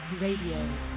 Radio